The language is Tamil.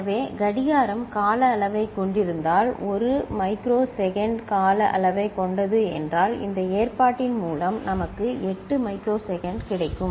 எனவே கடிகாரம் கால அளவைக் கொண்டிருந்தால் 1 மைக்ரோ செகண்ட் கால அளவைக் கொண்டது என்றால் இந்த ஏற்பாட்டின் மூலம் நமக்கு 8 மைக்ரோ செகண்ட் கிடைக்கும்